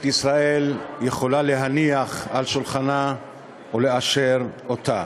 ישראל יכולה להניח על שולחנה ולאשר אותה.